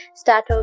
start